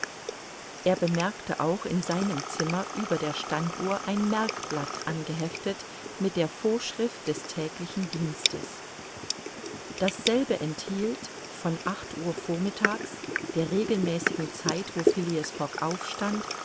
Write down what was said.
er bemerkte auch in seinem zimmer über der standuhr ein merkblatt angeheftet mit der vorschrift des täglichen dienstes dasselbe enthielt von acht uhr vormittags der regelmäßigen zeit wo phileas fogg aufstand